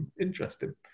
interesting